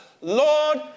Lord